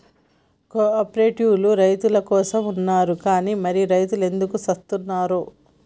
కో ఆపరేటివోల్లు రైతులకోసమే ఉన్నరు గని మరి రైతులెందుకు సత్తున్నరో